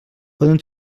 poden